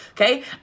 Okay